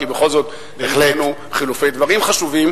כי בכל זאת העלינו חילופי דברים חשובים.